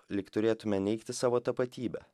lyg turėtume neigti savo tapatybę